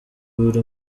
buri